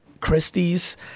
Christie's